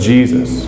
Jesus